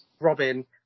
Robin